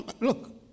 Look